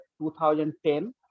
2010